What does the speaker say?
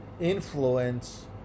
influence